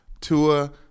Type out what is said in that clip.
Tua